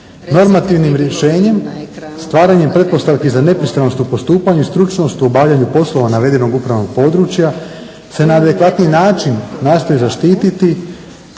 Normativnim rješenjem, stvaranjem pretpostavki za nepristranost u postupanju i stručnost u obavljanju poslova navedenog upravnog područja se na adekvatni način nastoji zaštiti